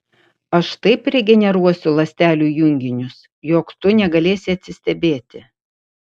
aš taip regeneruosiu ląstelių junginius jog tu negalėsi atsistebėti